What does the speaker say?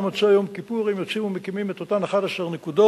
במוצאי יום כיפור הם יוצאים ומקימים את אותן 11 נקודות,